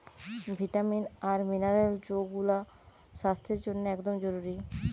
vitamin আর mineral যৌগুলা স্বাস্থ্যের জন্যে একদম জরুরি